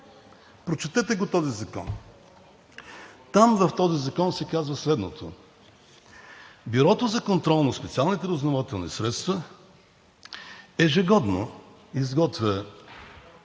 прочетете го този закон! Там в този закон се казва следното: Бюрото за контрол на специалните разузнавателни средства ежегодно изготвя